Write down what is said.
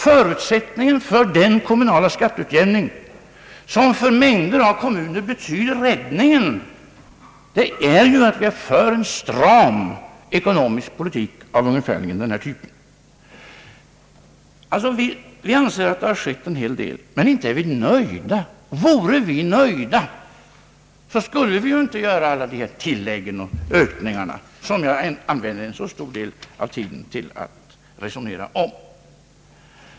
Förutsättningen för den kommunala skatteutjämning som betyder räddningen för mängder av kommuner är ju att vi för en stram ekonomisk politik. Vi anser att det har gjorts en hel del, men inte är vi nöjda. Vore vi nöjda, skulle vi ju inte komma med alla dessa tillägg och ökningar som jag använde en så stor del av tiden till att resonera om.